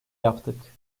yaptık